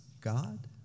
God